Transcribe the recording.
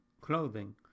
clothing